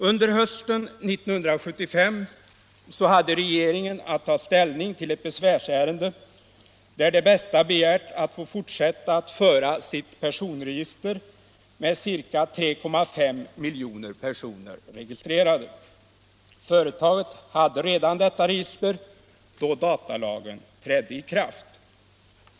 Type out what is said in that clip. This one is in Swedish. Hösten 1975 hade regeringen att ta ställning till ett besvärsärende, där Det Bästa begärde att få föra sitt personregister med ca 3,5 miljoner personer registrerade. Företaget hade redan detta register då datalagen trädde i kraft.